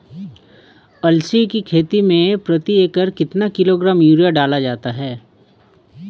अलसी की खेती में प्रति एकड़ कितना किलोग्राम यूरिया डाला जाता है?